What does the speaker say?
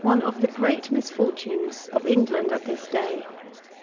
one of the great misfortunes of england at this day